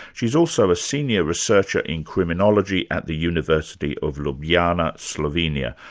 she's also a senior researcher in criminology at the university of ljubljana, slovenia.